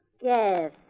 Yes